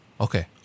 Okay